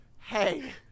Hey